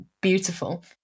beautiful